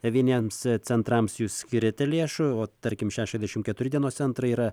vieniems centrams jūs skiriate lėšų o tarkim šešiasdešimt keturi dienos centrai yra